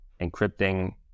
encrypting